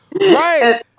Right